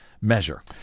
measure